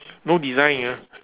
no design ah